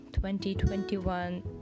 2021